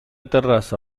terraza